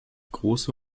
große